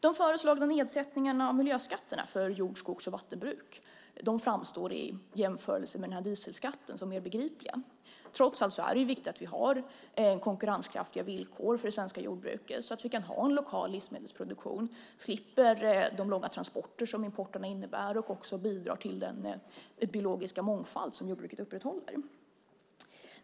De föreslagna nedsättningarna av miljöskatterna för jord-, skogs och vattenbruk framstår i jämförelse med dieselskatten som mer begripliga. Trots allt är det viktigt att vi har konkurrenskraftiga villkor för det svenska jordbruket så att vi kan ha en lokal livsmedelsproduktion och slipper de långa transporter som importen innebär. Då bidrar vi också till den biologiska mångfald som jordbruket upprätthåller.